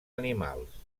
animals